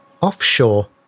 Offshore